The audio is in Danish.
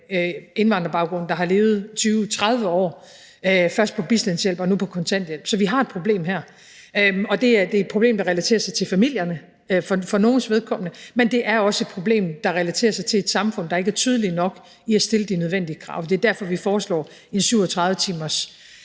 indvandrerbaggrund, der har levet 20-30 år på først bistandshjælp og nu på kontanthjælp. Så vi har et problem her, og det er et problem, der relaterer sig til familierne for nogles vedkommende, men det er også et problem, der relaterer sig til et samfund, der ikke er tydeligt nok i at stille de nødvendige krav. Det er derfor, vi foreslår en 37-timers